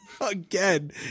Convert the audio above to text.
Again